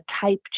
type